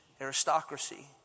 aristocracy